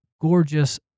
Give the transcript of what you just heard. gorgeous